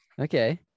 Okay